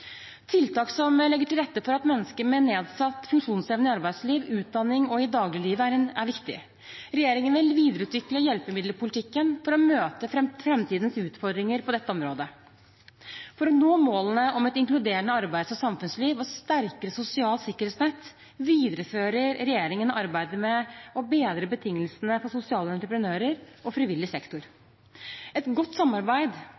Tiltak som legger til rette for mennesker med nedsatt funksjonsevne i arbeidsliv, i utdanning og i dagliglivet, er viktig. Regjeringen vil videreutvikle hjelpemiddelpolitikken for å møte framtidens utfordringer på dette området. For å nå målene om et inkluderende arbeids- og samfunnsliv og et sterkere sosialt sikkerhetsnett viderefører regjeringen arbeidet med å bedre betingelsene for sosiale entreprenører og frivillig